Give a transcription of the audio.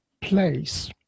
place